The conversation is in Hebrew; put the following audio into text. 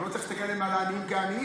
להיות ששם צריך לעשות את התיקון,